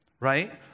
Right